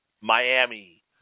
Miami